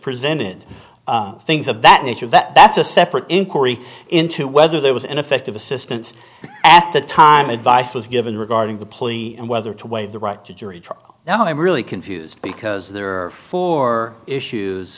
presented things of that nature that that's a separate inquiry into whether there was ineffective assistance at the time advice was given regarding the plea and whether to waive the right to jury trial now i'm really confused because there are four issues